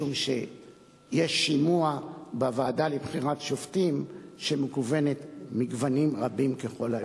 משום שיש שימוע בוועדה לבחירת שופטים שמגוונת בגוונים רבים ככל האפשר.